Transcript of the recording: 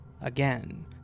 again